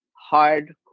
hard